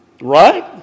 Right